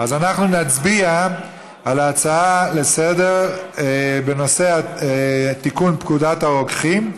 אנחנו נצביע על הצעה לסדר-היום בנושא תיקון פקודת הרוקחים,